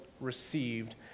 received